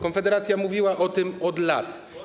Konfederacja mówiła o tym od lat.